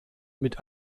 mit